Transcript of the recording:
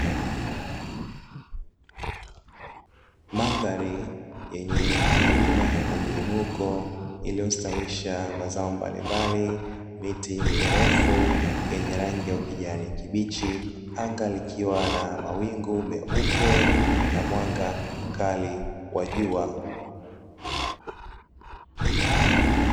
Mandhari yenye milima na miinuko, iliyostawisha mazao mbalimbali, miti mirefu yenye rangi ya ukijani kibichi anga likiwa na mawingu meupe na mwanga mkali wa jua.